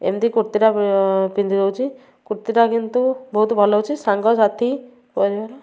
ଏମିତି କୁର୍ତ୍ତୀଟା ପିନ୍ଧି ଦଉଛି କୁର୍ତ୍ତୀଟା କିନ୍ତୁ ବହୁତ ଭଲ ଅଛି ସାଙ୍ଗସାଥି ପରିବାର